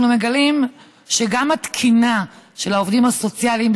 אנחנו מגלים שגם התקינה של העובדים הסוציאליים,